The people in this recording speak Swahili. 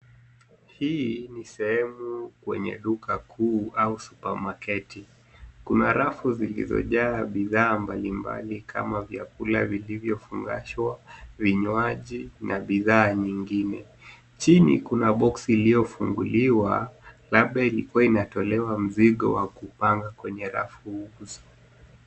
Hii ni sehemu kwenye duka kuu au supamaketi. Kuna rafu zilizojaa bidhaa mbalimbali kama vyakula vilivyofungashwa, vinywaji na bidhaa nyingine. Chini kuna box iliyofunguliwa labda ilikua inatolewa mzigo wa kupanga kwenye rafu hizo.